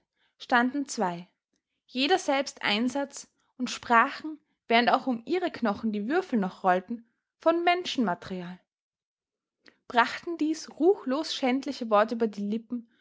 standen zwei jeder selbst einsatz und sprachen während auch um ihre knochen die würfel noch rollten von menschenmaterial brachten dies ruchlos schändliche wort über die lippen